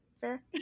Fair